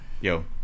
Yo